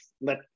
let